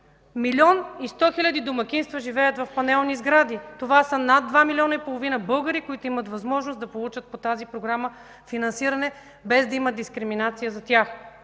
Милион и сто хиляди домакинства живеят в панелни сгради. Това са над два милиона и половина българи, които имат възможност да получат финансиране по тази програма, без да има дискриминация за тях,